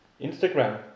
Instagram